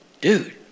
dude